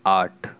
آٹھ